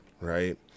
right